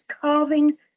carving